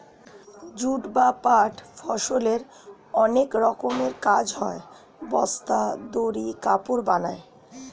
jute বা পাট ফসলের অনেক রকমের কাজ হয়, বস্তা, দড়ি, কাপড় বানায়